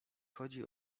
chodzi